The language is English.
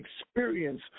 experience